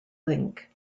link